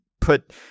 put